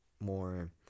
more